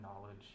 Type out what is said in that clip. knowledge